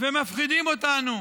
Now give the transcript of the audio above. ומפחידים אותנו